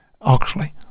Oxley